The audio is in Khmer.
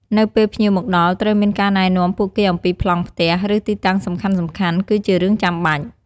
នៅពេលភ្ញៀវមកដល់ ត្រូវមានការណែនាំពួកគេអំពីប្លង់ផ្ទះ ឬទីតាំងសំខាន់ៗ គឺជារឿងចាំបាច់។